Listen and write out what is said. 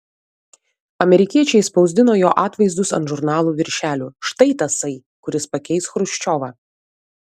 amerikiečiai spausdino jo atvaizdus ant žurnalų viršelių štai tasai kuris pakeis chruščiovą